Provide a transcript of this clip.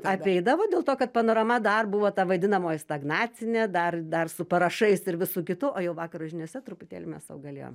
apeidavo dėl to kad panorama dar buvo ta vadinamoji stagnacinė dar dar su parašais ir visu kitu o jau vakaro žiniose truputėlį mes sau galėjom